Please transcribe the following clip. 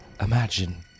Imagine